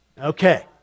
Okay